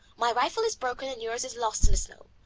my rifle is broken and yours is lost in the snow.